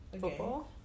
football